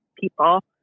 people